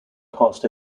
cast